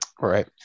Right